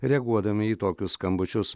reaguodami į tokius skambučius